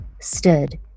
stood